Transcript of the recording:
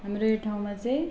हाम्रो यो ठाउँमा चाहिँ